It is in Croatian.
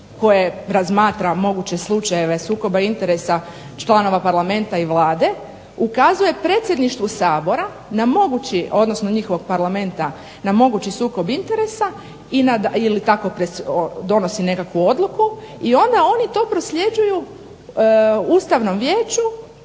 koje razmatra moguće slučajeve sukoba interesa članova parlamenta i vlade ukazuje predsjedništvu Sabora odnosno njihovog parlamenta na mogući sukob interesa ili tako donosi nekakvu odluku i onda to oni prosljeđuju francuskoj